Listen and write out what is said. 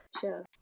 sure